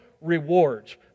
rewards